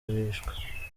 bishwe